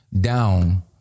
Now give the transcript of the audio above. down